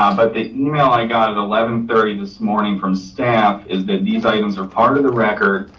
um but the email i got at eleven thirty this morning from staff is that these items are part of the record,